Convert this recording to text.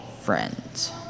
friends